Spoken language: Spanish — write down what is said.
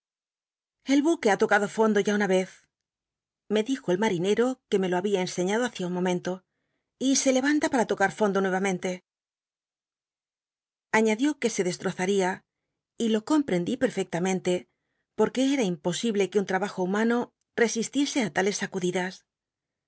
el buque ha tocado fondo ya una vez me dijo ue lo babia enseñado hacia un momento y se levanta para loca r fondo nuera mente añadió que se destrozaría y lo comprendí per biblioteca nacional de españa david copperfield rectamente porque era imposible que un trabajo humano resistiese á tales sacudidas